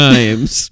Times